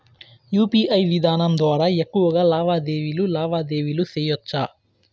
UPI విధానం ద్వారా ఎక్కువగా లావాదేవీలు లావాదేవీలు సేయొచ్చా?